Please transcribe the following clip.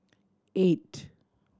eight